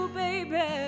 baby